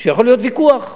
שיכול להיות ויכוח,